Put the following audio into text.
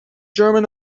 german